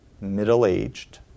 middle-aged